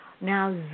now